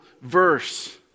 verse